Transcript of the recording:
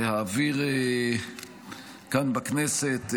להעביר כאן בכנסת,